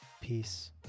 Peace